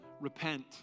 repent